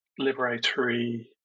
liberatory